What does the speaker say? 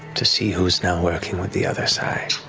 to see who's now working with the other side.